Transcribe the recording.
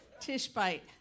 Tishbite